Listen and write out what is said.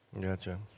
Gotcha